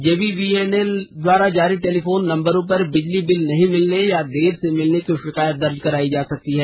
JBVNL द्वारा जारी telephone नम्बरों पर बिजली बिल नहीं मिलने या देर से मिलने की शिकायत दर्ज करायी जा सकती है